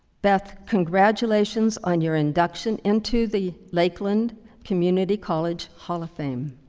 beth, congratulations on your induction into the lakeland community college hall of fame.